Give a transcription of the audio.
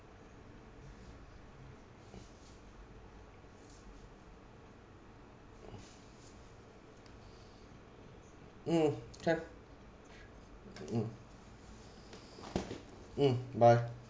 mm can mm mm bye